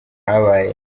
habaye